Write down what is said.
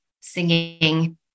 singing